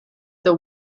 the